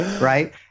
right